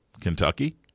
Kentucky